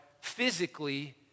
physically